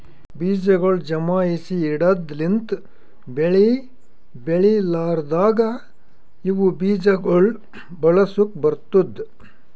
ಬೀಜಗೊಳ್ ಜಮಾಯಿಸಿ ಇಡದ್ ಲಿಂತ್ ಬೆಳಿ ಬೆಳಿಲಾರ್ದಾಗ ಇವು ಬೀಜ ಗೊಳ್ ಬಳಸುಕ್ ಬರ್ತ್ತುದ